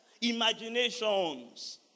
imaginations